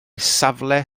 safle